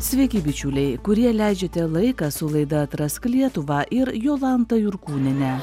sveiki bičiuliai kurie leidžiate laiką su laida atrask lietuvą ir jolanta jurkūniene